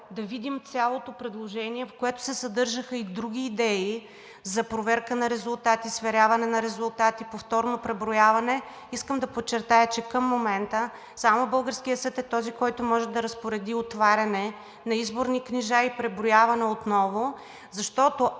да видим цялото предложение, в което се съдържаха и други идеи за проверка на резултати, сверяване на резултати, повторно преброяване. Искам да подчертая, че към момента само българският съд е този, който може да разпореди отваряне на изборни книжа и преброяване отново. Защото,